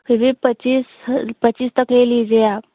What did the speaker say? पिलीज पच्चीस ह पच्चीस तक ले लीजिये आप